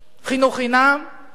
חינוך חינם מגיל